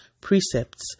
precepts